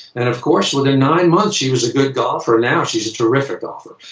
and, of course, within nine months she was a good golfer. now she's a terrific golfer.